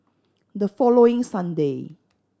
the following Sunday